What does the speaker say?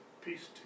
peace